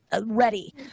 ready